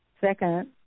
second